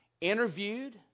interviewed